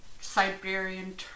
Siberian